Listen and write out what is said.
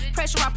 Pressure